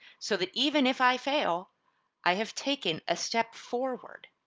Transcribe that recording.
so that even if i fail i have taken a step forward.